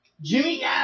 Jimmy